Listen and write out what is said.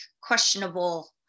questionable